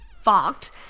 fucked